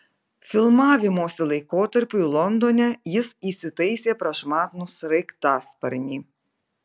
filmavimosi laikotarpiui londone jis įsitaisė prašmatnų sraigtasparnį